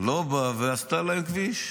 לא באה ועשתה לה כביש.